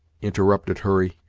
interrupted hurry,